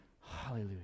Hallelujah